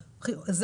לא, זאת